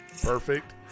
perfect